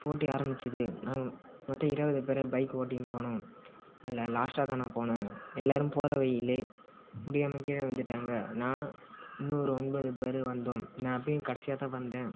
போட்டி ஆரம்பிச்சது நாங்கள் மொத்தம் இருபது பேர் பைக் ஓட்டின் போனோம் அதில் லாஸ்டாக தான் நான் போனேன் எல்லோரும் போகிற வழியிலே முடியாமல் கீழே விழுந்துட்டாங்க நான் இன்னொரு ஒன்பது பேர் வந்தோம் நான் அப்போயும் கடைசியாக தான் வந்தே